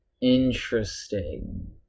Interesting